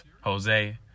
Jose